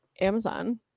Amazon